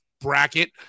bracket